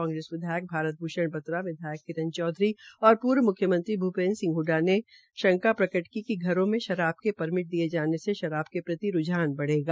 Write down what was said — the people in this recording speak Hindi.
कांग्रेस विधायक भारत भूषण बतरा विधायक किरण चौधरी और पूर्व मुख्यमंत्री भूपेन्द्र सिंह ह्डडा ने शंका प्रकट की कि घरों में शराब के परमिट दिये जोने से शराब के प्रति रूझान बढ़ेगा